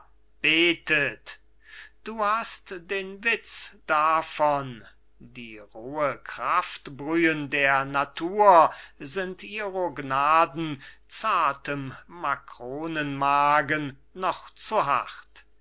betet du hast den witz davon die rohen kraftbrühen der natur sind ihro gnaden zartem makronenmagen noch zu hart